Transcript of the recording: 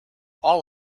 all